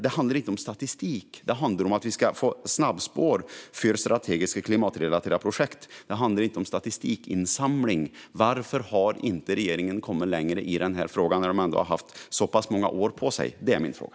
Det handlar inte om statistik, utan det handlar om att vi ska få snabbspår för strategiska klimatrelaterade projekt. Det handlar inte om statistikinsamling. Varför har inte regeringen kommit längre i denna fråga när man ändå har haft så pass många år på sig? Det är min fråga.